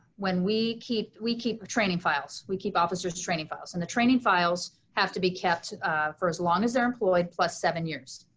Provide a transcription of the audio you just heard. we keep we keep training files, we keep officers training files and the training files have to be kept for as long as their employed plus seven years.